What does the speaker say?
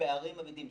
הפערים גדולים.